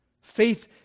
Faith